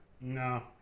No